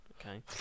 Okay